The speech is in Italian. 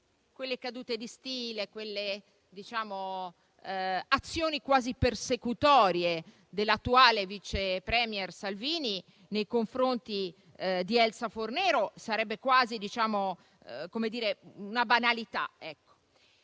quelle cadute di stile, quelle azioni quasi persecutorie dell'attuale vice *premier* Salvini nei confronti di Elsa Fornero sarebbe quasi una banalità.